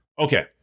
Okay